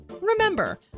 remember